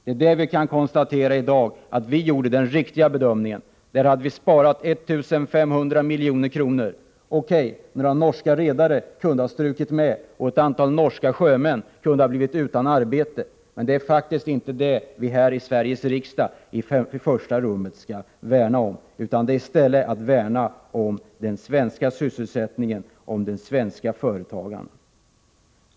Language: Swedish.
I dag kan vi konstatera att vi gjorde den riktiga bedömningen. Man hade sparat 1 500 miljoner om man hade gjort som vi ansåg var bäst. Några norska redare kunde ha strukit med, och ett antal norska sjömän kunde ha blivit utan arbete. Men det är faktiskt inte dessa vi här i Sveriges riksdag i främsta rummet skall värna om, utan det gäller i stället den svenska sysselsättningen och de svenska företagen.